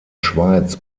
schweiz